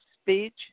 speech